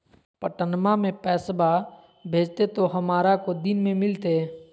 पटनमा से पैसबा भेजते तो हमारा को दिन मे मिलते?